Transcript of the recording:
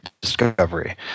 discovery